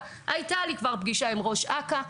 הייתה לי כבר פגישה עם ראש אכ"א,